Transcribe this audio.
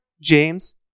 James